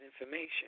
information